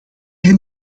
hen